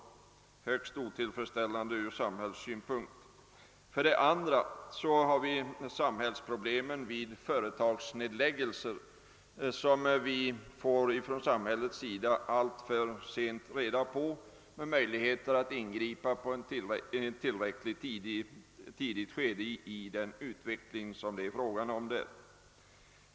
Det är högst otillfredsställande ur samhällssynpunkt. För det andra är det problemen vid företagsnedläggelser som samhället alltför sent får reda på för att ha möjligheter att ingripa i tid.